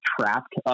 trapped